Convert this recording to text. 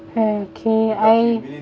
okay I